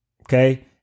Okay